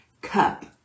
cup